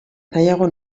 nahiago